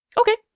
Okay